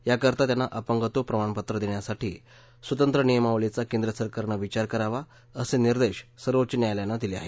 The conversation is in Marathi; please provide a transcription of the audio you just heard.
याकरता त्यांना अपंगत्व प्रमाणपत्र देण्यासाठी स्वतंत्र नियमावलीचा केंद्र सरकारनं विचार करावा असे निर्देश सर्वोच्च न्यायालयानं दिले आहेत